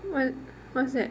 well what's that